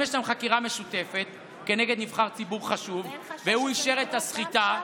אם יש להם חקירה משותפת כנגד נבחר ציבור חשוב והוא אישר את הסחיטה,